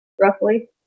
Roughly